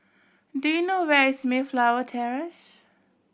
do you know where is Mayflower Terrace